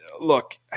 Look